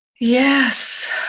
Yes